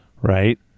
Right